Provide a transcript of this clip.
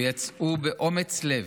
ויצאו באומץ לב,